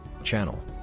channel